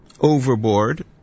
overboard